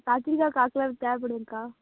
கத்திரிக்காய் கால் கிலோ தேவைப்படுதுங்க்கா